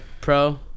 pro